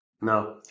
No